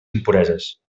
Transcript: impureses